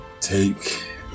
take